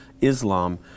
Islam